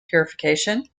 purification